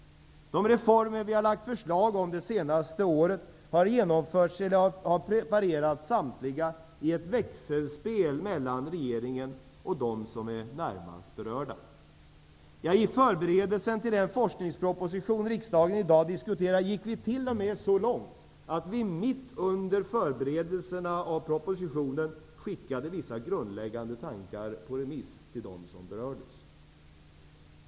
De reformer vi har lagt fram förslag om under det senaste året har samtliga preparerats i ett växelspel mellan regeringen och de som är närmast berörda. I förberedelserna till den forskningsproposition som riksdagen i dag diskuterar gick vi t.o.m. så långt att vi mitt under förberedelserna av propositionen skickade vissa grundläggande tankar på remiss till dem som berördes.